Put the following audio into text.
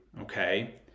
Okay